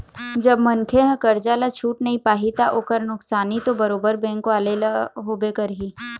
जब मनखे ह करजा ल छूट नइ पाही ता ओखर नुकसानी तो बरोबर बेंक वाले ल होबे करही